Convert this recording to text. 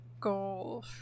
goal